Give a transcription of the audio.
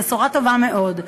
בשורה טובה מאוד.